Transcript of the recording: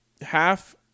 half-